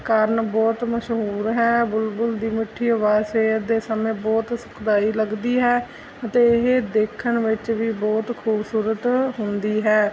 ਕਾਰਨ ਬਹੁਤ ਮਸ਼ਹੂਰ ਹੈ ਬੁਲਬੁਲ ਦੀ ਮਿੱਠੀ ਅਵਾਜ਼ ਸਵੇਰ ਦੇ ਸਮੇਂ ਬਹੁਤ ਸੁਖਦਾਈ ਲੱਗਦੀ ਹੈ ਅਤੇ ਇਹ ਦੇਖਣ ਵਿੱਚ ਵੀ ਬਹੁਤ ਖੂਬਸੂਰਤ ਹੁੰਦੀ ਹੈ